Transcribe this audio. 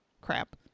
Crap